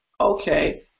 okay